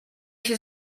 się